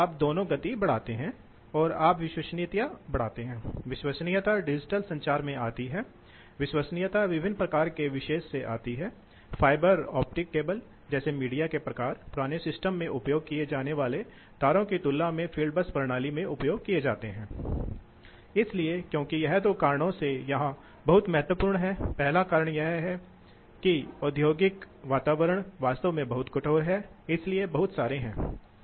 तो यह पंखे की विशेषताएं हैं जैसे कि अब यदि यह पंखा अब एक लोड से जुड़ा हुआ है तो लोड का मतलब है कि यह विभिन्न चीजें हो सकती हैं उदाहरण के लिए आमतौर पर पंखे भट्टियों में उपयोग किए जाते हैं इसलिए भट्ठी में आमतौर पर यदि आप जाते हैं एक पावर स्टेशन के लिए आप पाएंगे कि आपके पास बड़े बॉयलर हैं और इन बॉयलरों को भट्टियों द्वारा गर्म किया जाता है और इन भट्टियों में दो विशाल पंखे होते हैं जिन्हें एक को इंडूसड ड्राफ्ट पंखा कहा जाता है दूसरे को फोर्स्ड ड्राफ्ट पंखा कहा जाता है